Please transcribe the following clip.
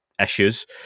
issues